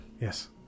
yes